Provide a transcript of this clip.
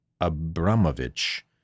abramovich